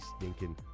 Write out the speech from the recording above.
stinking